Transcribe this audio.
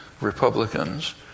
Republicans